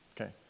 Okay